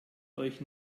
euch